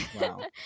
Wow